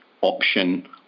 option